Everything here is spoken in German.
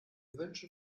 wünschen